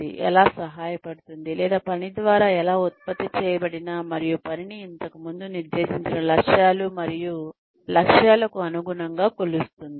ఇది ఎలా సహాయపడుతుంది లేదా పని ద్వారా ఎలా ఉత్పత్తి చేయబడిన మరియు పనిని ఇంతకుముందు నిర్దేశించిన లక్ష్యాలు మరియు లక్ష్యాలకు అనుగుణంగా కొలుస్తుంది